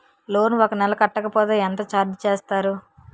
Loan ఒక నెల కట్టకపోతే ఎంత ఛార్జ్ చేస్తారు?